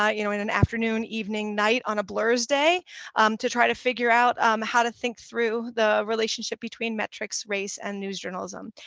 you know, in an afternoon, evening, night on a blursday to try to figure out how to think through the relationship between metrics, race and news journalism.